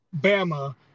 Bama